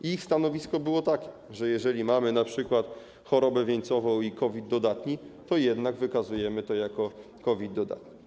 Ich stanowisko było takie, że jeżeli mamy np. chorobę wieńcową i COVID dodatni to jednak wykazujemy to jako COVID dodatni.